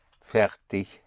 fertig